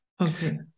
Okay